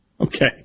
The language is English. Okay